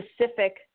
specific